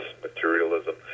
materialism